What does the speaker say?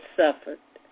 suffered